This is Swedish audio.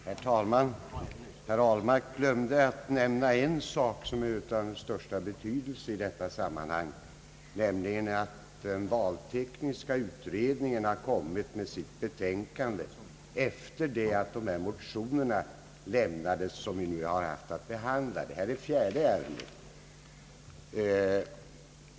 Herr talman! Herr Ahlmark glömde att nämna en sak som är av den största betydelse i detta sammanhang, nämligen att valtekniska utredningen har kommit med sitt betänkande efter det att de motioner väcktes som vi här har haft att behandla — detta är det fjärde ärendet i samma paket.